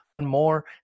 more